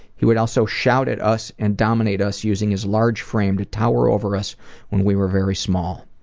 he would also shout at us and dominate us using his large frame to tower over us when we were very small.